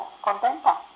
contenta